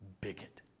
bigot